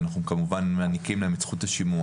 אנחנו כמובן מעניקים להם את זכות השימוע,